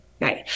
Right